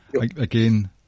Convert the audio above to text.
Again